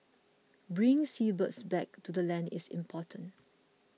bringing seabirds back to the land is important